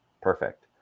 Perfect